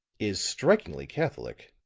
is strikingly catholic.